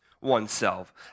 oneself